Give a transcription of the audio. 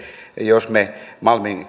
jos me malmin